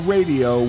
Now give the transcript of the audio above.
Radio